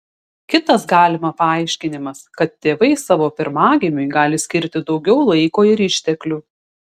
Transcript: kitas galima paaiškinimas kad tėvai savo pirmagimiui gali skirti daugiau laiko ir išteklių